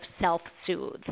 self-soothe